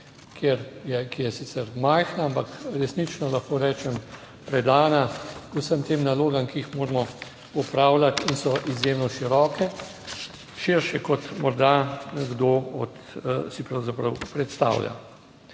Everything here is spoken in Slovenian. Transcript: ki je sicer majhna, ampak resnično, lahko rečem, predana vsem tem nalogam, ki jih moramo opravljati in so izjemno široke, širše kot morda kdo od si pravzaprav